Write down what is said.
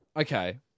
Okay